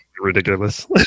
Ridiculous